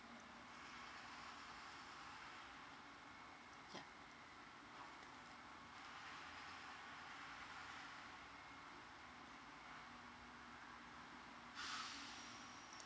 ya